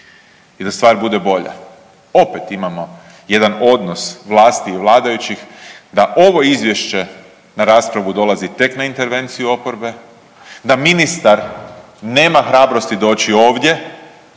I da stvar bude bolja, opet imamo jedan odnos vlasti i vladajućih da ovo Izvješće na raspravu dolazi tek na intervenciju oporbe, da Ministar nema hrabrosti doći ovdje